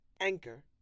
Anchor